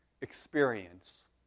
experience